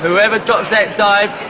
however drops that dive,